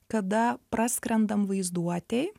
kada praskrendam vaizduotėj